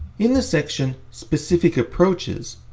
in the section specific approaches,